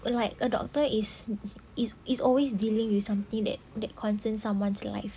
like a doctor is is is always dealing with something that that concern someone's life